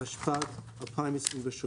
התשפ"ג-2023